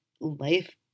life